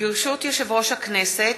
ברשות יושב-ראש הכנסת,